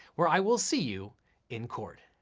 where i will see you in court.